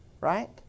right